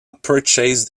purchased